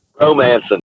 romancing